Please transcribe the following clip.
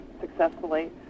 successfully